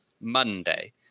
Monday